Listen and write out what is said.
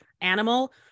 animal